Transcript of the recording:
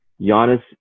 Giannis